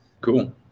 Cool